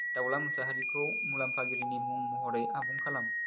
दावला मुसाहारीखौ मुलाम्फागिरिनि मुं महरै आबुं खालाम